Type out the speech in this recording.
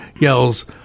yells